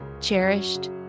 cherished